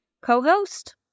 co-host